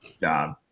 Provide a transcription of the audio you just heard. job